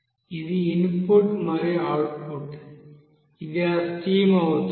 ఇది ఇన్పుట్ మరియు అవుట్పుట్ ఇది ఆ స్ట్రీమ్ అవుతుంది